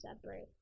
separate